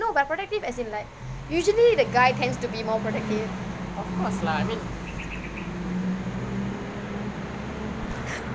no but protective as in like usually the guy tends to be more protective